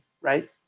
right